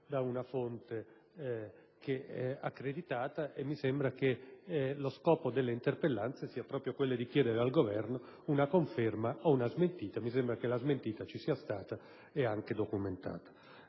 da una fonte accreditata. Lo scopo delle interpellanze è proprio quello di chiedere al Governo una conferma o una smentita. Mi sembra che la smentita ci sia stata e anche documentata.